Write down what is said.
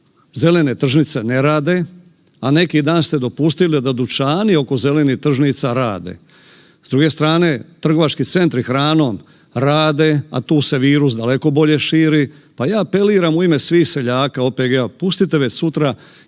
zelene tržnice ne rade, a neki dan ste dopustili da dućani oko zelenih tržnica rade, s druge strane trgovački centri hranom rade, a tu se virus daleko bolje širi, pa ja apeliram u ime svih seljaka, OPG-a, pustite već sutra